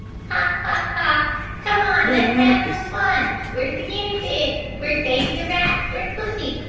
ha, ha, ha come on, let's have some fun. where's the guinea pig? where's davy, the rat? where's pussy?